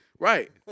Right